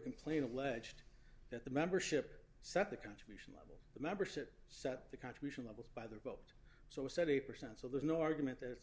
complain alleged that the membership set the country level the membership set the contribution levels by their vote so seventy percent so there's no argument that